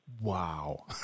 Wow